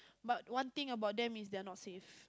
but one thing about them is there are not safe